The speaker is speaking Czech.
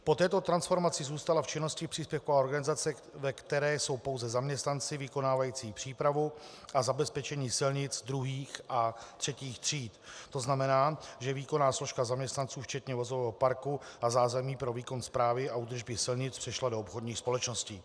Po této transformaci zůstala v činnosti příspěvková organizace, ve které jsou pouze zaměstnanci vykonávající přípravu a zabezpečení silnic druhých a třetích tříd, to znamená, že výkonná složka zaměstnanců včetně vozového parku a zázemí pro výkon správy a údržby silnic přešla do obchodních společností.